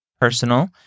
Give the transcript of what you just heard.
personal